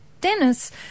Dennis